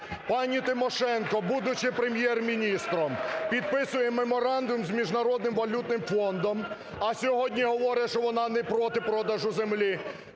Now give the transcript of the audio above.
Пані Тимошенко, будучи Прем'єр-міністром, підписує Меморандум з Міжнародним валютним фондом, а сьогодні говорить, що вона не проти продажу землі.